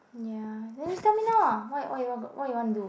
ya then just tell me now ah what what you want what you want do